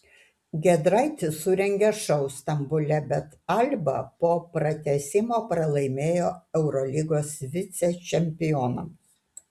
giedraitis surengė šou stambule bet alba po pratęsimo pralaimėjo eurolygos vicečempionams